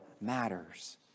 matters